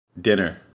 dinner